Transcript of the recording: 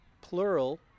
plural